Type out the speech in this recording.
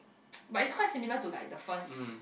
but is quite similar to like the first